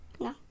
No